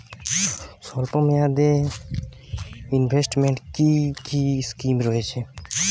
স্বল্পমেয়াদে এ ইনভেস্টমেন্ট কি কী স্কীম রয়েছে?